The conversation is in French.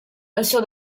assure